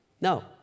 No